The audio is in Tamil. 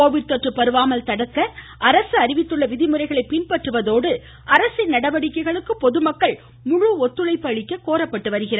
கோவிட் தொற்று பரவாமல் தடுக்க அரசு அறிவித்துள்ள விதிமுறைகளை பின்பற்றுவதோடு அரசின் நடவடிக்கைகளுக்கு பொதுமக்கள் முழு ஒத்துழைப்பு அளிக்க கோரப்பட்டு வருகிறது